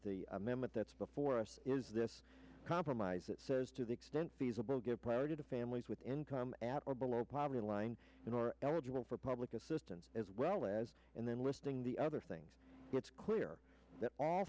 amendment that's before us is this compromise that says to the extent feasible give priority to families with income at or below poverty line and are eligible for public assistance as well as and then listing the other things it's clear that